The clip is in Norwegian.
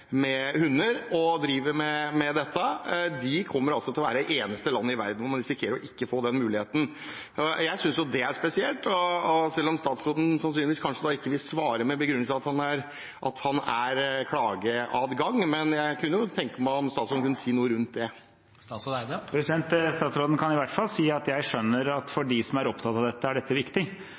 hunder, risikerer ikke å få den muligheten. Jeg syns det er spesielt. Selv om statsråden sannsynligvis ikke vil svare, med begrunnelsen at han er klageinstans, kunne jeg tenke meg at statsråden sa noe rundt det. Statsråden kan i hvert fall si at jeg skjønner at for dem som er opptatt av dette, er dette viktig.